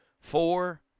four